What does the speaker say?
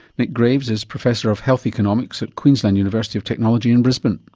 nick graves is professor of health economics at queensland university of technology in brisbane.